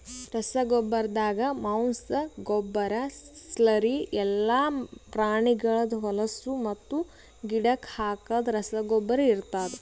ರಸಗೊಬ್ಬರ್ದಾಗ ಮಾಂಸ, ಗೊಬ್ಬರ, ಸ್ಲರಿ ಎಲ್ಲಾ ಪ್ರಾಣಿಗಳ್ದ್ ಹೊಲುಸು ಮತ್ತು ಗಿಡಕ್ ಹಾಕದ್ ರಸಗೊಬ್ಬರ ಇರ್ತಾದ್